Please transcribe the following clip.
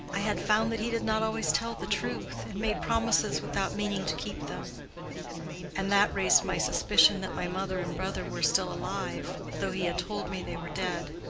i had found that he did not always tell the truth, and made promises without meaning to keep them and that raised my suspicion that my mother and brother were still alive though he had told me they were dead.